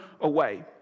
away